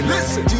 Listen